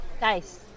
Nice